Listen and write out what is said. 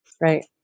right